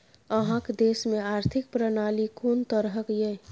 अहाँक देश मे आर्थिक प्रणाली कोन तरहक यै?